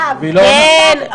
והיא לא עונה.